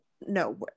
no